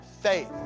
faith